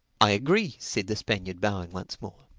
i agree, said the spaniard bowing once more.